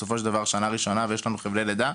בסופו של דבר שנה ראשונה ויש לנו חבלי לידה.